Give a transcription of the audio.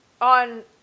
on